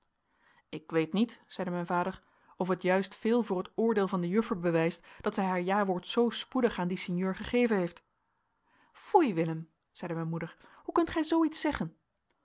ik weet niet zeide mijn vader of het juist veel voor het oordeel van de juffer bewijst dat zij haar jawoord zoo spoedig aan dien sinjeur gegeven heeft foei willem zeide mijn moeder hoe kunt gij zoo iets zeggen